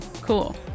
Cool